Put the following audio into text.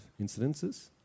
incidences